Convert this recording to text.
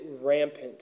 rampant